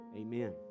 Amen